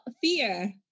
fear